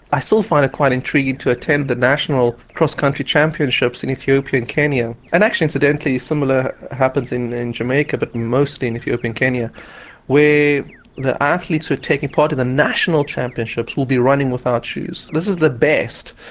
i still find it quite intriguing to attend the national cross country championships in ethiopia and kenya and actually incidentally similar happens in in jamaica but mostly in ethiopia and kenya where the athletes who are taking part in the national championships will be running without shoes. this is the best,